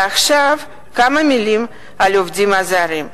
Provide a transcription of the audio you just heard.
עכשיו, כמה מלים על עובדים זרים.